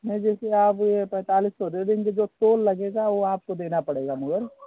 नहीं जैसे आप पैंतालीस सौ दे देंगे जो टोल लगेगा वह आपको देना पड़ेगा मगर